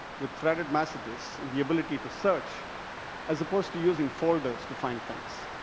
with threaded messages and the ability to search as opposed to using folders to find things.